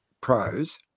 pros